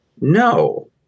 no